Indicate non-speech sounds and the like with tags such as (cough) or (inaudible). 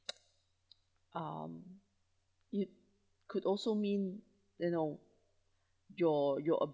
(noise) um it could also mean you know your your